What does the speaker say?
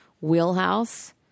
wheelhouse